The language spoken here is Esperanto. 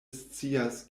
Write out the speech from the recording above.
scias